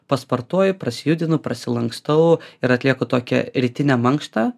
pasportuoju prasijudinu prisilankstau ir atlieku tokią rytinę mankštą